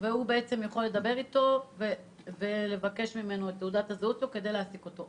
הוא יכול לדבר איתו ולבקש ממנו את תעודת הזהות שלו כדי להעסיק אותו.